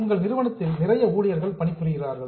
எங்கள் நிறுவனத்தில் நிறைய ஊழியர்கள் பணிபுரிகிறார்கள்